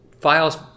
files